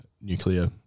nuclear